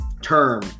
term